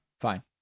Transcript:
Fine